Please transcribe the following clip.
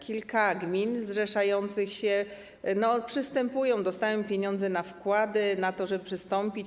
Kilka gmin zrzeszających się - przystępują, dostają pieniądze na wkłady, na to, żeby przystąpić.